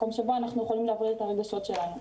מקום שבו אנחנו יכולים לאוורר את הרגשות שלנו.